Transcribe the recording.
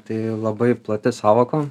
tai labai plati sąvoka